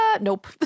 nope